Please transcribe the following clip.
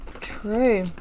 True